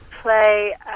play